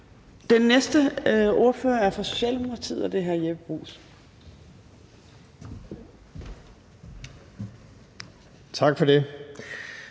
Den næste ordfører er fra Socialdemokratiet, og det er hr. Jeppe Bruus. Kl.